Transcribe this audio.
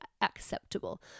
acceptable